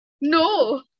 No